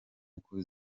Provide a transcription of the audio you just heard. kuko